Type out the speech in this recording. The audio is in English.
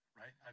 right